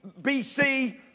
BC